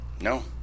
no